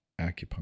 acupuncture